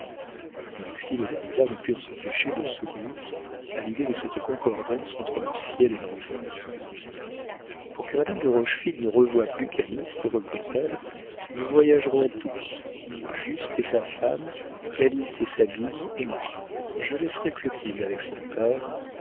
et d'ajuda ne purent s'empêcher de sourire à l'idée de cette concordance entre le ciel et l'enfer pour que madame de rochefide ne revoie plus calyste reprit-elle nous voyagerons tous juste et sa femme calyste et sabine et moi je laisserai clotilde avec son père